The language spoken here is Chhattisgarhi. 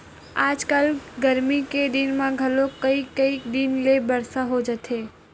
आजकल गरमी के दिन म घलोक कइ कई दिन ले बरसा हो जाथे